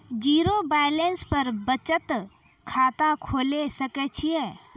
Zero balance पर बचत खाता खोले सकय छियै?